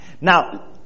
Now